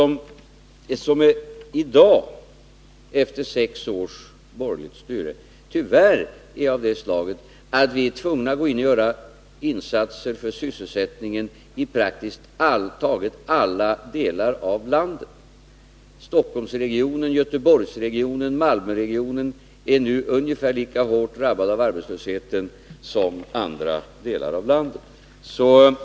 I dag, efter sex års borgerligt styre, är vi tyvärr tvungna att göra insatser för sysselsättningen i praktiskt taget alla delar av landet. Stockholmsregionen, Göteborgsregionen och Malmöregionen är nu ungefär lika hårt drabbade av arbetslösheten som andra delar av landet.